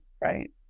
right